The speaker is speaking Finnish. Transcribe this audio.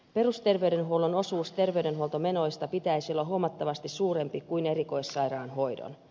perusterveydenhuollon osuuden terveydenhuoltomenoista pitäisi olla huomattavasti suurempi kuin erikoissairaanhoidon